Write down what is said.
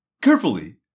Carefully